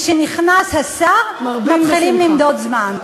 משנכנס השר מתחילים למדוד זמן.